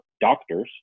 doctors